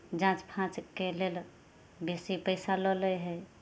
जाँच फाँचके लेल बेसी पैसा लऽ लै हइ